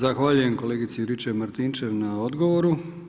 Zahvaljujem kolegici Juričev-Martinčev na odgovoru.